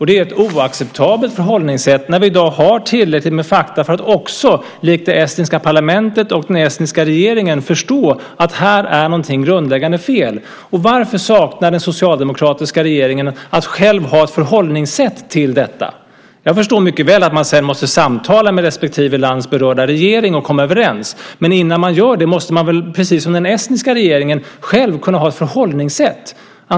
Det är ett oacceptabelt förhållningssätt när vi i dag har tillräckligt med fakta för att likt det estniska parlamentet och den estniska regeringen kunna förstå att här finns det något grundläggande fel. Varför saknar den socialdemokratiska regeringen ett eget förhållningssätt till detta? Jag förstår mycket väl att man sedan måste samtala med respektive lands berörda regering och komma överens. Men innan man gör det måste man väl, precis som den estniska regeringen, själv kunna ha ett förhållningssätt?